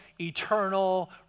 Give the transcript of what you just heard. eternal